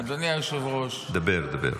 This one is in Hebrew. דבר, דבר.